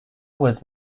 was